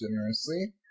generously